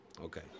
Okay